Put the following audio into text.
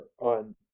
on